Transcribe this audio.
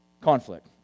Conflict